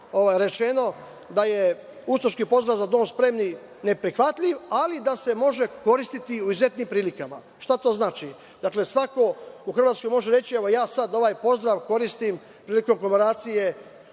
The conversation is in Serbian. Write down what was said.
rečeno da je ustaški pozdrav „za dom spremni“ neprihvatljiv, ali da se može koristiti u izuzetnim prilikama. Šta to znači? Dakle, svako u Hrvatskoj može reći - evo ja sad ovaj pozdrav koristim prilikom komemoracije